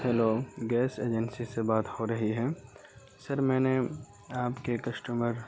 hello gas agency سے بات ہو رہی ہے سر میں نے آپ کے کشٹمر